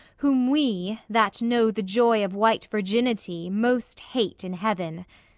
whom we that know the joy of white virginity, most hate in heaven.